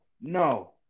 no